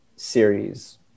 series